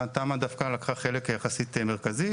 התמ"א דווקא לקחה חלק יחסית מרכזי.